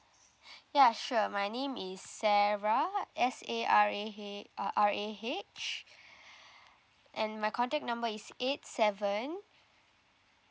ya sure my name is sarah S A R A A uh S A R A H and my contact number is eight seven